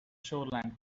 shoreland